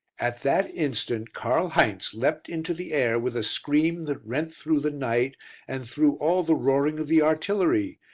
at that instant karl heinz leapt into the air with a scream that rent through the night and through all the roaring of the artillery.